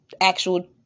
actual